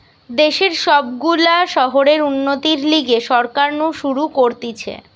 দেশের সব গুলা শহরের উন্নতির লিগে সরকার নু শুরু করতিছে